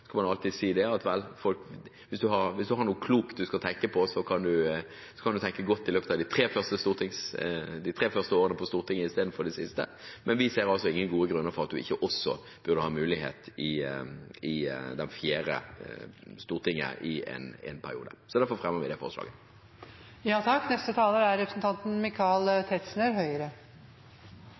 man alltid si at hvis man har noe klokt man skal tenke på, kan man tenke godt i løpet av de tre første årene i stortingsperioden i stedet for det siste. Men vi ser ingen gode grunner for at man ikke også burde ha mulighet i det fjerde storting i en periode. Derfor fremmer vi det forslaget. Da har representanten Heikki Eidsvoll Holmås tatt opp forslaget han refererte til. En kort merknad. For det første vil jeg uttrykke en viss sympati med representanten